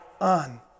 on